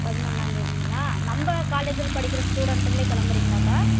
பதினொன்னா தேதிங்களா நம்ப காலேஜில் படிக்கிற ஸ்டூடேண்ட்டுங்களே கிளம்புறீங்களாப்பா